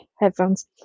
headphones